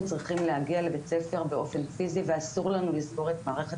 צריכים להגיע לבית הספר באופן פיזי ואסור לנו לסגור את מערכת